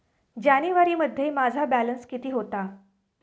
जानेवारीमध्ये माझा बॅलन्स किती होता?